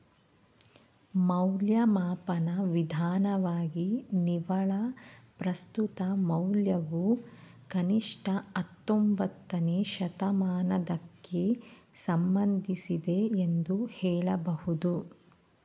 ಮೌಲ್ಯಮಾಪನ ವಿಧಾನವಾಗಿ ನಿವ್ವಳ ಪ್ರಸ್ತುತ ಮೌಲ್ಯವು ಕನಿಷ್ಠ ಹತ್ತೊಂಬತ್ತನೇ ಶತಮಾನದಕ್ಕೆ ಸಂಬಂಧಿಸಿದೆ ಎಂದು ಹೇಳಬಹುದು